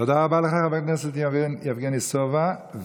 תודה רבה לחבר הכנסת יבגני סובה.